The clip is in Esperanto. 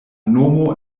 nomo